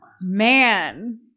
man